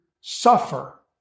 suffer